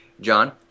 John